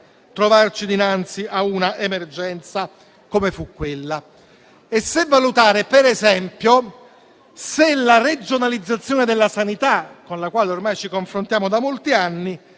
trovarci dinanzi a un'emergenza come fu quella, e per valutare, per esempio, se la regionalizzazione della sanità, con la quale ormai ci confrontiamo da molti anni,